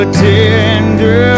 tender